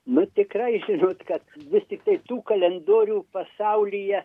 nu tikrai žinot kad vis tiktai tų kalendorių pasaulyje